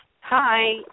hi